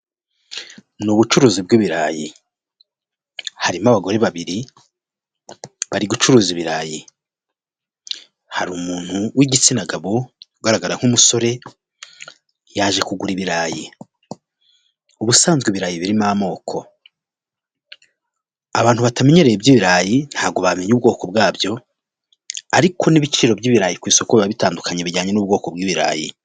Mu ubucuruzi bw'ibirayi harimo abagore babiri bari gucuruza ibirayi hari umuntu w'igitsina gabo ugaragara nk'umusore yaje kugura ibirayi, Ubusanzwe ibirayi birimo amoko, abantu batamenyereye iby'ibirayi ntabwo bamenya ubwoko bwabyo, ariko n'ibiciro byabyo ariko n'ibiciro ku isoko biba bitandukanye bijyanye n'ubwoko bw'ibirayi.